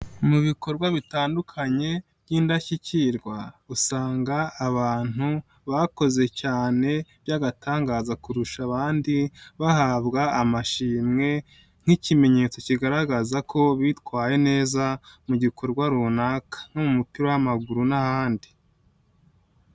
Mu bikorwa bitandukanye by'indashyikirwa, usanga abantu bakoze cyane by'agatangaza kurusha abandi, bahabwa amashimwe nk'ikimenyetso kigaragaza ko bitwaye neza mu gikorwa runaka no mu mupira w'amaguru n'ahandi.